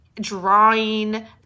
drawing